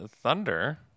Thunder